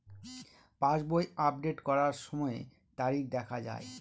পাসবই update করার সময়ে তারিখ দেখা য়ায়?